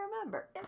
remember